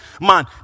man